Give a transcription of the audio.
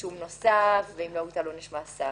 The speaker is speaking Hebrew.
רישום נוסף ולא הוטל עונש מאסר,